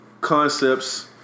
Concepts